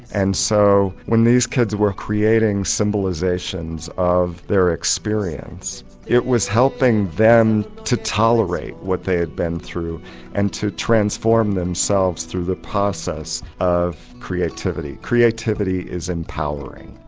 and so when these kids were creating symbolisations of their experience it was helping them to tolerate what they had been through and to transform themselves through the process of creativity. creativity is empowering,